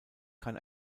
kann